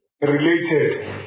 related